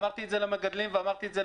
הבנתי,